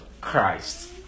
Christ